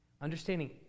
understanding